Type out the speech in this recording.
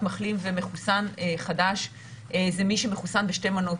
מחלים ומחוסן חדש הוא מי שמחוסן בשתי מנות,